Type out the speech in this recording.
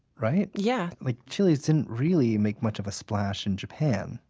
right? yeah like chilies didn't really make much of a splash in japan.